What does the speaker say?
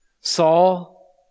Saul